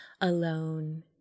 alone